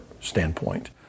standpoint